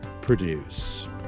produce